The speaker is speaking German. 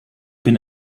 bin